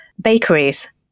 bakeries